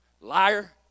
Liar